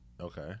okay